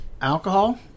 alcohol